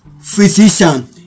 physician